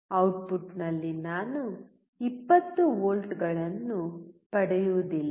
ಔಟ್ಪುಟ್ನಲ್ಲಿ ನಾನು 20 ವೋಲ್ಟ್ಗಳನ್ನು ಪಡೆಯುವುದಿಲ್ಲ